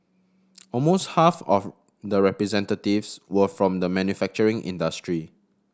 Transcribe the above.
almost half of the representatives were from the manufacturing industry